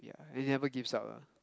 and he haven't give up lah